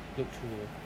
go through